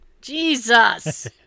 Jesus